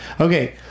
Okay